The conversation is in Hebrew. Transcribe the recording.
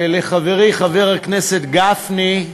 ולחברי חבר הכנסת גפני,